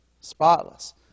spotless